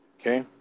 okay